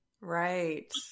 Right